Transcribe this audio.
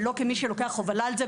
ולא כמי שלוקח הובלה על זה.